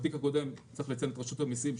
בתיק הקודם צריך לציין את רשות המיסים,